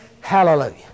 hallelujah